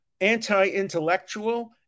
anti-intellectual